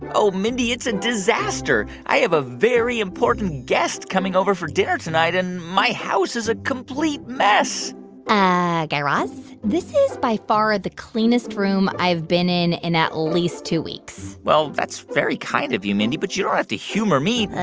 oh, mindy, it's a disaster. i have a very important guest coming over for dinner tonight, and my house is a complete mess ah guy raz, this is, by far, the cleanest room i've been in in at least two weeks well, that's very kind of you, mindy. but you don't have to humor me.